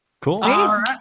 cool